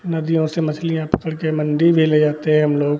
नदियों से मछलियाँ पकड़ कर मंडी भी ले जाते हैं हम लोग